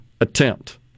attempt